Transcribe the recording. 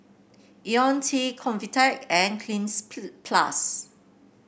IoniL T Convatec and Cleanz Plus